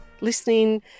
listening